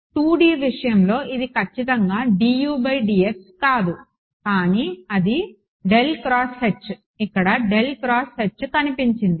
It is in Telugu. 2D విషయంలో ఇది ఖచ్చితంగా dudx కాదు కానీ అది ఇక్కడ కనిపించింది